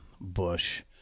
Bush